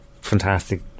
fantastic